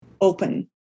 Open